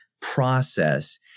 process